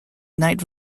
night